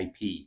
IP